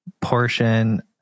portion